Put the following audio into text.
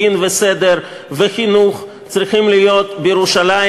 דין וסדר וחינוך צריכים להיות בירושלים